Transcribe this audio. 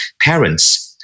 parents